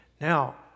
Now